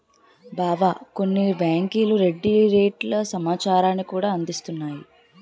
బావా కొన్ని బేంకులు వడ్డీ రేట్ల సమాచారాన్ని కూడా అందిస్తున్నాయి